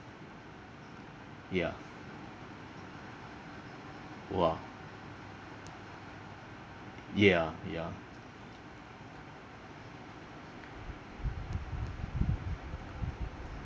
yeah !wah! yeah yeah